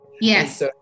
yes